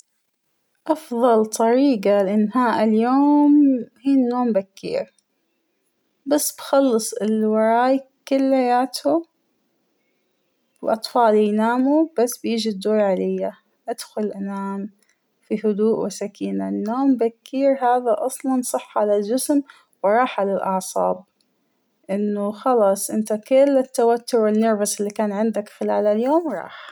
أفضل طريقة لإنهاء اليوم ، هى النوم بكير ، بس بخلص اللى وراى كلياته وأطفالى يناموا بس بيجى الدور عليا أدخل أنام فى هدوء وسكينة ، النوم بكير هذا أصلاً صحة للجسم وراحة للأعصاب ، لأنه خلاص انت كل التوتر والنرفز اللى كان عندك طوال اليوم خلاص راح.